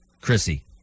Chrissy